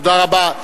תודה רבה.